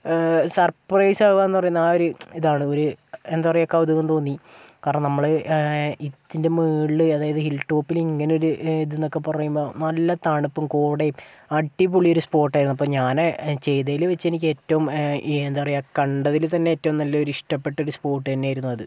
surprise ആകുകയെന്ന് പറയുന്ന ആ ഒരു ഇതാണ് എന്താ പറയുക ഒരു കൗതുകം തോന്നി കാരണം നമ്മൾ ഇതിൻറ്റെ മുകളിൽ അതായത് ഹിൽ ടോപ്പിൽ ഇങ്ങനേ ഒരു ഇതെന്നൊക്കെ പറയുമ്പോൾ നല്ല തണുപ്പും കോടയും അടിപൊളി ഒരു സ്പോട്ട് ആയിരുന്നു അപ്പം ഞാൻ ചെയ്തതിൽ വെച്ച് എനിക്ക് ഏറ്റവും എന്താ പറയുക കണ്ടതിൽ തന്നേ ഏറ്റവും നല്ലൊരു ഇഷ്ടപ്പെട്ട ഒരു സ്പോട്ട് തന്നെയായിരുന്നു അത്